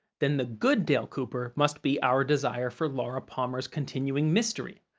then the good dale cooper must be our desire for laura palmer's continuing mystery,